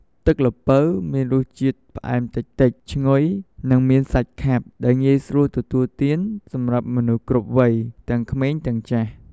ទឹកល្ពៅមានរសជាតិ ផ្អែមតិចៗ ឈ្ងុយ និងមានសាច់ខាប់ ដែលងាយស្រួលទទួលទានសម្រាប់មនុស្សគ្រប់វ័យ ទាំងក្មេងទាំងចាស់។